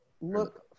look